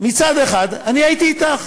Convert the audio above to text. מצד אחד, אני הייתי אתך.